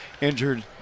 injured